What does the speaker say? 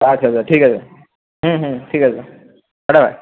আচ্ছা আচ্ছা ঠিক আছে হুম হুম ঠিক আছে টা টা